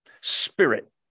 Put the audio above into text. spirit